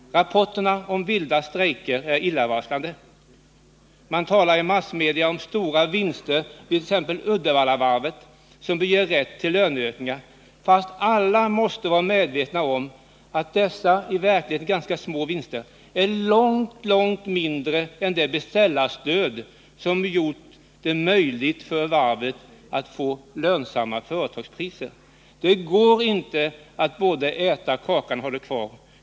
Rapporterna om vilda strejker är illavarslande. Man talar i massmedia om stora vinster, t.ex. vid Uddevallavarvet, som bör ge rätt till löneökningar, fast alla måste vara medvetna om att dessa i verkligheten ganska små vinster är långt, långt mindre än det beställarstöd som gjort det möjligt för varvet att få lönsamma fartygspriser. Det går inte att både äta kakan och ha den kvar.